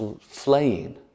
flaying